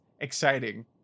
exciting